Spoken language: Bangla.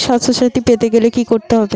স্বাস্থসাথী পেতে গেলে কি করতে হবে?